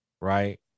right